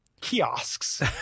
kiosks